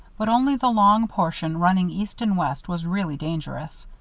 but only the long portion running east and west was really dangerous.